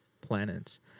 planets